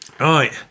Right